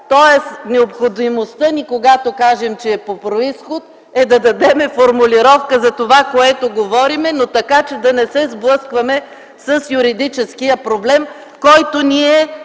Има необходимостта, когато кажем, че е по произход, да дадем формулировка за това, което говорим, но така че да не се сблъскваме с юридическия проблем, който ни е